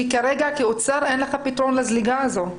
כרגע כאוצר אין לך פתרון לזליגה הזאת.